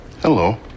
Hello